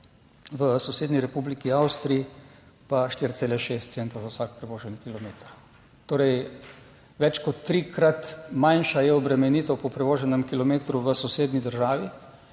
v sosednji Republiki Avstriji pa 4,6 centa za vsak prevožen kilometer. Torej, več kot trikrat manjša je obremenitev po prevoženem kilometru v sosednji državi.